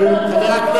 כבוד השר, רק רגע.